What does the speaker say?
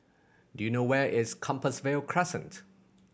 do you know where is Compassvale Crescent